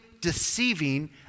deceiving